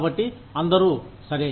కాబట్టి అందరూ సరే